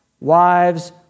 wives